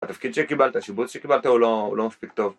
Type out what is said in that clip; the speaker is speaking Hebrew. התפקיד שקיבלת, השיבוץ שקיבלת הוא לא לא מספיק טוב